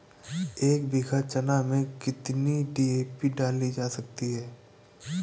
एक बीघा चना में कितनी डी.ए.पी डाली जा सकती है?